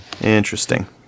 Interesting